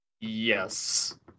Yes